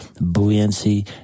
buoyancy